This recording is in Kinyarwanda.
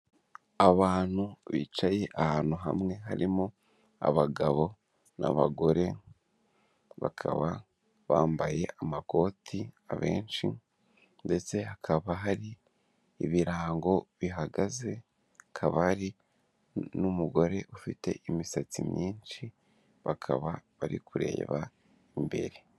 Abantu bicaye ahantu hamwe, harimo abagabo n'abagore, bakaba bambaye amakoti abenshi ndetse hakaba hari ibirango bihagaze, hakaba hari n'umugore ufite imisatsi myinshi, bakaba bari kureba imbere.